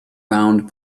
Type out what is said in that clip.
round